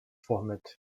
formed